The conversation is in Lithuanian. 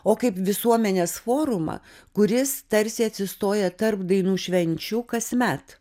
o kaip visuomenės forumą kuris tarsi atsistoja tarp dainų švenčių kasmet